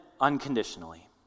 unconditionally